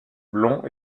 blonds